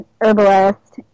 herbalist